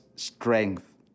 strength